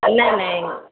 ନାଇଁ ନାଇଁ